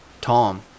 Tom